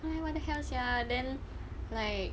then what the hell sia then like